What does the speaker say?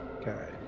Okay